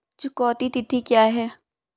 चुकौती तिथि क्या है?